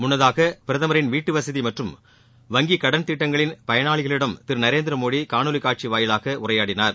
முன்னதாக பிரதமரின் வீட்டுவசதி மற்றும் வங்கி கடன் திட்டங்களின் பயனாளிகளிடம் திரு நரேந்திரமோடி காணொலி காட்சி வாயிலாக உரையாடினார்